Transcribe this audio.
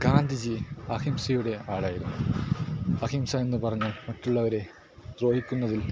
ഗാന്ധിജി അഹിംസയുടെ ആളായിരുന്നു അഹിംസ എന്ന് പറഞ്ഞ് മറ്റുള്ളവരെ ദ്രോഹിക്കുന്നതിൽ